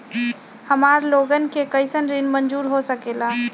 हमार लोगन के कइसन ऋण मंजूर हो सकेला?